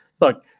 look